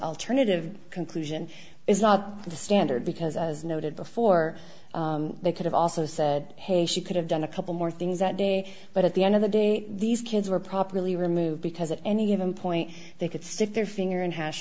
alternative conclusion is not the standard because as noted before they could have also said hey she could have done a couple more things that day but at the end of the day these kids were properly removed because if any of them point they could stick their finger in hash